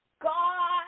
God